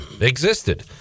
existed